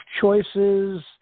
choices